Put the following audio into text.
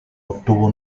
obtuvo